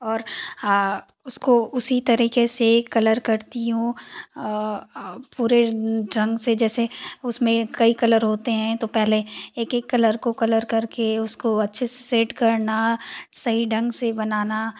और उसको उसी तरीके से कलर करती हूँ पूरे जंग से जैसे उसमे कई कलर होते है तो पहले एक एक कलर को कलर कर के उसको अच्छे से सेट करना सही ढंग से बनाना